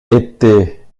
était